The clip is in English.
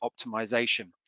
optimization